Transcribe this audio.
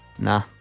Nah